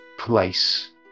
place